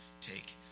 take